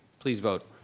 please vote.